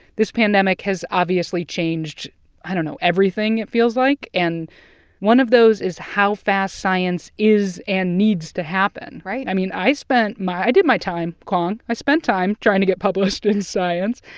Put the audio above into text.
this pandemic has obviously changed i don't know everything, it feels like. and one of those is how fast science is and needs to happen right i mean, i spent my i did my time, kwong. i spent time trying to get published in science.